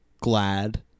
glad